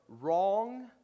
wrong